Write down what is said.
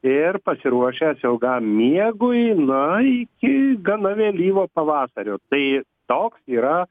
ir pasiruošęs ilgam miegui na iki gana vėlyvo pavasario tai toks yra